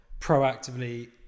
proactively